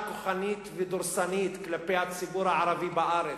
ממשלה כוחנית ודורסנית כלפי הציבור הערבי בארץ,